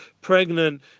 pregnant